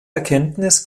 erkenntnis